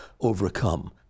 overcome